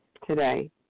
today